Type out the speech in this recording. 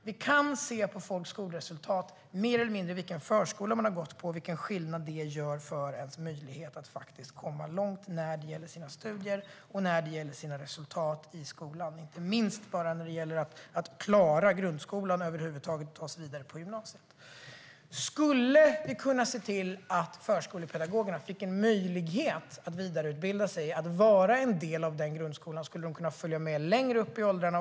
Vi kan se på människors skolresultat mer eller mindre vilken förskola de har gått på och vilken skillnad det gör för deras möjligheter att komma långt i sina studier och i sina resultat i skolan. Det gäller inte minst när det gäller att över huvud taget klara grundskolan och ta sig vidare på gymnasiet. Skulle vi kunna se till att förskolepedagogerna fick en möjlighet att vidareutbilda sig och vara en del av den grundskolan skulle de kunna följa med längre upp i åldrarna.